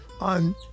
on